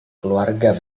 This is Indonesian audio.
keluarga